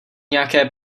nějaké